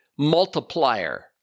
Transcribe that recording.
multiplier